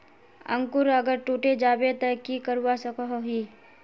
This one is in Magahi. अंकूर अगर टूटे जाबे ते की करवा सकोहो ही?